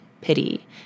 Pity